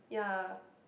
yeah